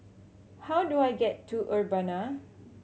how do I get to Urbana